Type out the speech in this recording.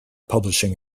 publishing